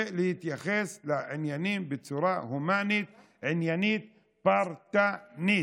ולהתייחס לעניינים בצורה הומנית, עניינית פרטנית,